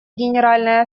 генеральной